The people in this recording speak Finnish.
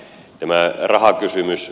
tämä rahakysymys